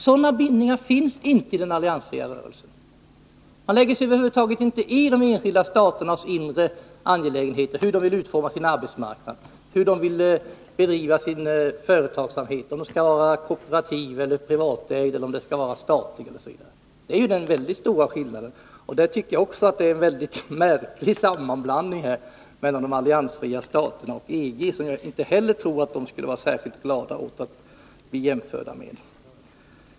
Sådana bindningar finns inte i den alliansfria rörelsen. Man lägger sig över huvud taget inte i de enskilda staternas inre angelägenheter — hur de vill utforma sin arbetsmarknad, hur de vill bedriva sin företagsamhet, om den skall vara kooperativ, privatägd eller statlig. Det är stora skillnader mellan EG och den alliansfria rörelsen. Jag tycker att det här är en mycket märklig sammanblandning av den alliansfria rörelsen och EG, och jag tror inte att de alliansfria staterna skulle vara särskilt glada över den.